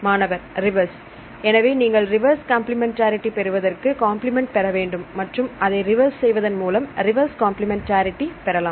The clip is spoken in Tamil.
மாணவர் ரிவர்ஸ் எனவே நீங்கள் ரிவர்ஸ் கம்பிளிமெண்டரி பெறுவதற்கு காம்ப்ளிமென்ட் பெறவேண்டும் மற்றும் அதை ரிவர்ஸ் செய்வதன் மூலம் ரிவர்ஸ் கம்பிளிமெண்டரிடி பெறலாம்